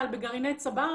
אבל בגרעיני צבר,